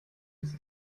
his